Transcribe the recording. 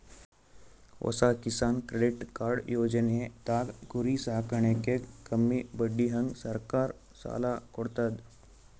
ಹೊಸ Kisan credit card ಯೋಜನೆದಾಗ್ ಕುರಿ ಸಾಕಾಣಿಕೆಗ್ ಕಮ್ಮಿ ಬಡ್ಡಿಹಂಗ್ ಸರ್ಕಾರ್ ಸಾಲ ಕೊಡ್ತದ್